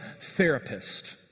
therapist